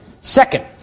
Second